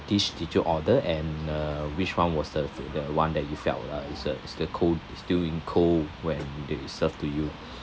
dish did you order and uh which one was the uh the one that you felt uh is uh is still cold is still in cold when they serve to you